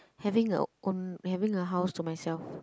having a own having a house to myself